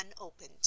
unopened